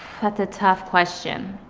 that's a tough question.